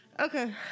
Okay